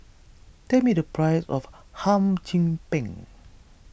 tell me the price of Hum Chim Peng